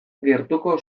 gertuko